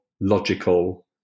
logical